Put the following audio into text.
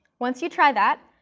once you try that,